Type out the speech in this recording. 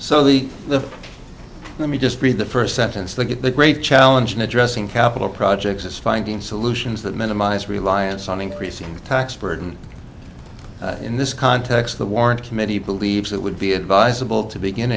the the let me just read the first sentence the get the great challenge in addressing capital projects is finding solutions that minimize reliance on increasing the tax burden in this context the warrant committee believes that would be advisable to begin